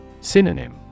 Synonym